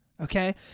okay